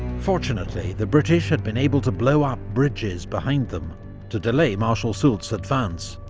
fortunately, the british had been able to blow up bridges behind them to delay marshal soult's advance,